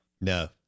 No